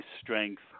strength